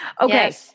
Okay